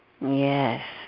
Yes